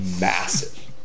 massive